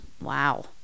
Wow